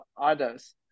others